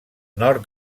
nord